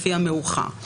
לפי המאוחר.